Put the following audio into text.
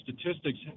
statistics